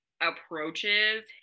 approaches